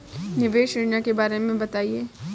निवेश योजना के बारे में बताएँ?